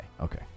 okay